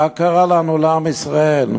מה קרה לנו, לעם ישראל?